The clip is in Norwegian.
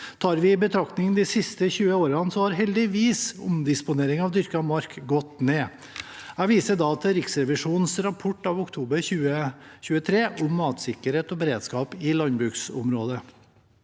Tar vi i betraktning de siste 20 årene, har heldigvis omdisponering av dyrket mark gått ned. Jeg viser da til Riksrevisjonens rapport av oktober 2023, om matsikkerhet og beredskap på landbruksområdet.